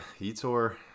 etor